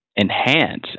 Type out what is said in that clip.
enhance